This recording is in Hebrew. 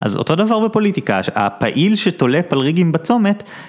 אז אותו דבר בפוליטיקה, הפעיל שתולה פלריגים בצומת